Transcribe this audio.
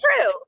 true